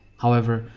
however,